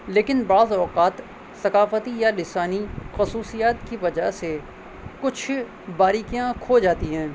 لیکن بعض اوقات ثقافتی یا لسانی خصوصیات کی وجہ سے کچھ باریکیاں کھو جاتی ہیں